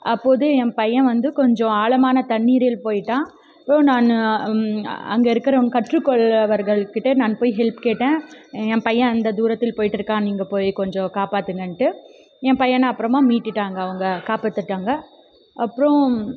அப்போது என் பையன் வந்து கொஞ்சம் ஆழமான தண்ணீரில் போய்விட்டான் அப்புறம் நான் அங்கே இருக்கிறவங்க கற்றுக்கொள்பவர்கள் கிட்டே நான் போய் ஹெல்ப் கேட்டேன் என் பையன் அந்த தூரத்தில் போய்விட்டு இருக்கான் நீங்கள் போய் கொஞ்சம் காப்பாற்றுங்கன்ட்டு என் பையனை அப்புறமா மீட்டுவிட்டாங்க அவங்க காப்பாற்றிட்டாங்க அப்புறம்